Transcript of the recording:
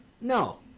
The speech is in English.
No